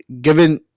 given